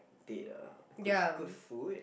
date ah good good food